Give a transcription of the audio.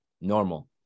normal